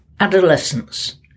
Adolescence